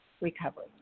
recovery